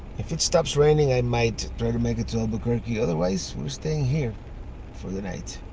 if it stops raining i might try to make it to albuquerque. otherwise, we're staying here for the night.